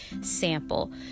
sample